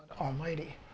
Almighty